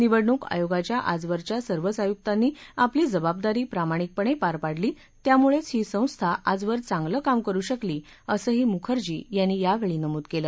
निवडणूक आयोगाच्या आजवरच्या सर्वच आयुक्तांनी आपली जबाबदारी प्रामाणिकपणे पार पाडली त्यामुळेच ही संस्था आजवर चांगलं काम करु शकली असंही मुखर्जी यांनी यावेळी नमूद केलं